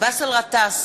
באסל גטאס,